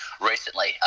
recently